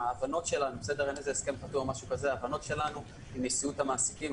ההבנות שלנו אין הסכם חתום או משהו כזה הן עם נשיאות המעסיקים.